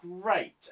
great